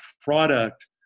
product